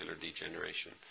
degeneration